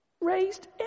raised